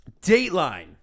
Dateline